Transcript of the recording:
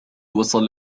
وصل